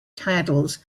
titles